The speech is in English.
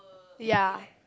ya